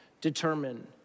determine